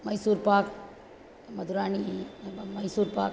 मैसूर्पाकं मधुराणि एवं मैसूर्पाकम्